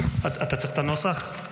אתה צריך את הנוסח?